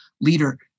leader